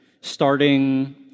starting